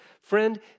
Friend